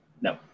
No